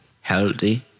healthy